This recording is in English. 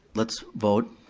let's vote.